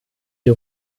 die